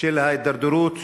של ההידרדרות